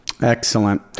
Excellent